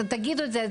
תגידו את זה.